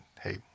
hey